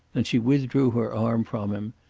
then she withdrew her arm from him,